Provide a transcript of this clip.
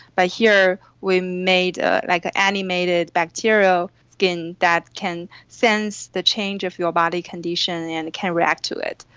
but here we made ah like an ah animated bacterial skin that can sense the change of your body condition and can react to it.